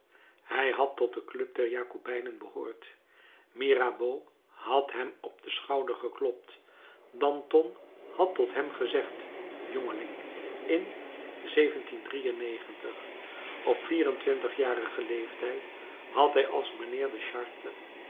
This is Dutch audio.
hij had tot de club der jacobijnen behoord mirabeau had hem op den schouder geklopt danton had tot hem gezegd jongeling in op vier en twintigjarigen leeftijd had hij als mijnheer de chartres